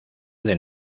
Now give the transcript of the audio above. del